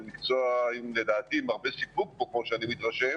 זה מקצוע לדעתי עם הרבה סיפוק, כמו שאני מתרשם,